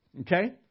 Okay